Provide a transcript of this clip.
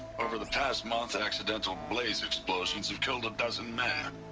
over the past month accidental blaze explosions have killed a dozen men.